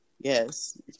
yes